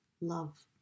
love